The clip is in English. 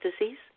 disease